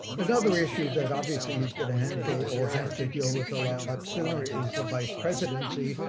another issue that obviously he's going to handle or have to deal with a lot ah sooner is the vice presidency,